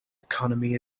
economy